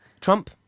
Trump